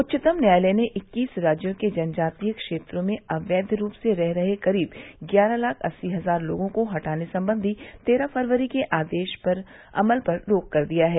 उच्चतम न्यायालय ने इक्कीस राज्यों के जनजातीय क्षेत्रों में अवैध रूप से रह रहे करीब ग्यारह लाख अस्सी हजार लोगों को हटाने संबंधी तेरह फरवरी के आदेश पर अमल रोक दिया है